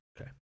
Okay